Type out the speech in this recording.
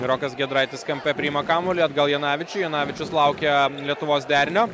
rokas giedraitis kampe priima kamuolį atgal janavičiui janavičius laukia lietuvos derinio